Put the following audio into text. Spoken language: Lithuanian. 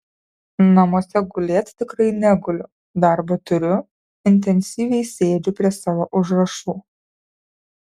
namuose gulėt tikrai neguliu darbo turiu intensyviai sėdžiu prie savo užrašų